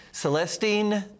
Celestine